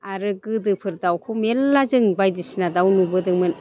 आरो गोदोफोर दाउखौ मेल्ला जों बायदिसिना दाउ नुबोदोंमोन